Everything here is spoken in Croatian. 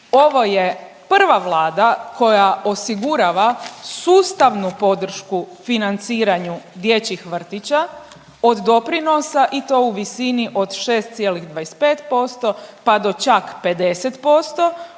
ovo je prva vlada koja osigurava sustavnu podršku financiranju dječjih vrtića od doprinosa i to u visini od 6,25% pa do čak 50%,